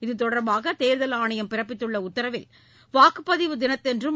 இதுதொடர்பாக தேர்தல் ஆணையம் பிறப்பித்துள்ள உத்தரவில் வாக்குப்பதிவு தினத்தன்றும்